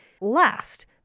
last